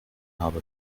habe